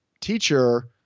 teacher –